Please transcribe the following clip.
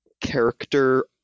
character